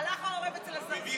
הלך העורב אצל הזרזיר.